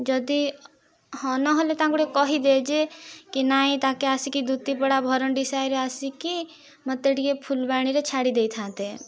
ଯଦି ହଁ ନହେଲେ ତାଙ୍କୁ ଟିକେ କହିଦେ କି ନାଇଁ ତାଙ୍କେ ଆସିକି ଦୁତିପଡ଼ା ଭରଣ୍ଡିସାହିରେ ଆସିକି ମୋତେ ଟିକେ ଫୁଲବାଣୀରେ ଛାଡ଼ିଦେଇଥାନ୍ତେ